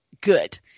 good